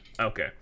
Okay